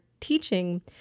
teaching